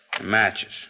matches